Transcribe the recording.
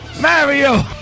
Mario